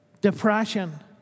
Depression